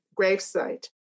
gravesite